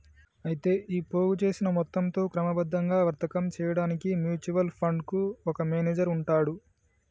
అయితే ఈ పోగు చేసిన మొత్తంతో క్రమబద్ధంగా వర్తకం చేయడానికి మ్యూచువల్ ఫండ్ కు ఒక మేనేజర్ ఉంటాడు